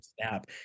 snap